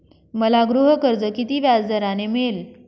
मला गृहकर्ज किती व्याजदराने मिळेल?